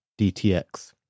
DTX